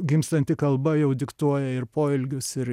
gimstanti kalba jau diktuoja ir poelgius ir